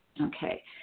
Okay